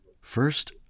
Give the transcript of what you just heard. First